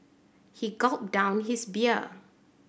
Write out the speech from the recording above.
he gulped down his beer